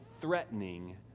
threatening